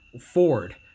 ford